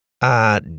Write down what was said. Uh